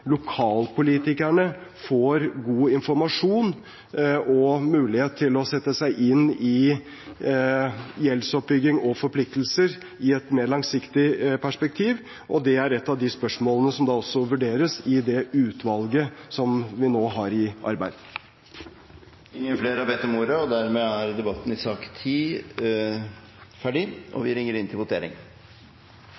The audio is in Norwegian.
lokalpolitikerne får god informasjon og mulighet til å sette seg inn i gjeldsoppbygging og forpliktelser i et mer langsiktig perspektiv. Det er et av de spørsmålene som også vurderes i det utvalget som vi nå har i arbeid. Flere har ikke bedt om ordet